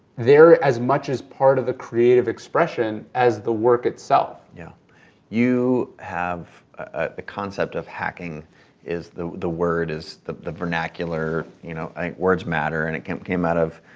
they're as much as part of the creative expression as the work itself. yeah you have ah the concept of hacking is, the the word is, the the vernacular, you know words matter and it came came out